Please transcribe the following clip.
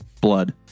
blood